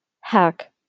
hack